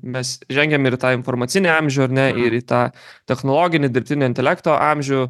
mes žengiam ir į tą informacinį amžių ar ne ir į tą technologinį dirbtinio intelekto amžių